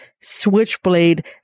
Switchblade